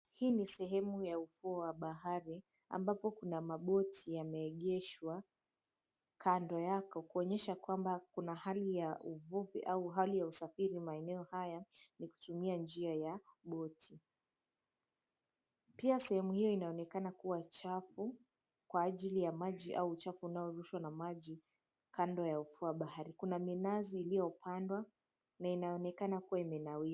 Hii ni sehemu ya ufuo wa bahari ambapo kuna maboti yameegeshwa kando yake kuonyesha kwamba kuna hali ya uvuvi au hali ya usafiri wa maeneo haya yakitumia njia ya boti. Pia sehemu hio inaonekana kuwa chafu kwa ajili ya maji au uchafu unaorushwa na maji kando ya ufuo wa bahari. Kuna minazi iliopandwa na inaonekana kuwa imenawiri.